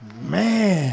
man